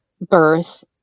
birth